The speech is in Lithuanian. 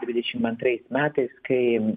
dvidešim antrais metais kai